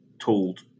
told